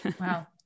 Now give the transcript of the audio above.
Wow